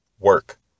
work